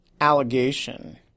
allegation